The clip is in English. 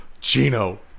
Gino